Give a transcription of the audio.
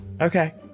okay